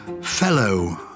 fellow